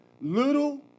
little